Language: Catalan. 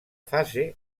fase